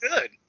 good